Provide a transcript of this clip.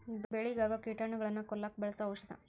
ಬೆಳಿಗೆ ಆಗು ಕೇಟಾನುಗಳನ್ನ ಕೊಲ್ಲಾಕ ಬಳಸು ಔಷದ